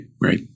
right